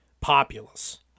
populace